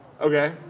Okay